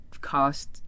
cost